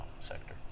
sector